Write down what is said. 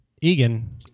Egan